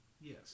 yes